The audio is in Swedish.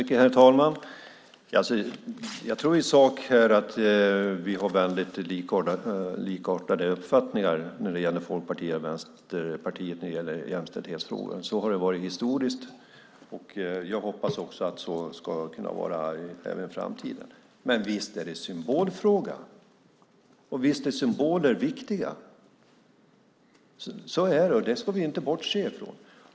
Herr talman! Jag tror att Folkpartiet och Vänsterpartiet i sak har likartade uppfattningar när det gäller jämställdhetsfrågor. Så har det varit historiskt, och jag hoppas att det ska vara så även i framtiden. Visst är det en symbolfråga. Visst är symboler viktiga. Så är det, och det ska vi inte bortse från.